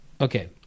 Okay